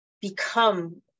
Become